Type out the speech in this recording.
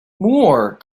more